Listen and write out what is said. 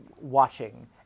watching